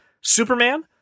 Superman